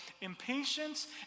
Impatience